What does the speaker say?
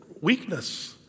weakness